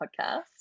podcast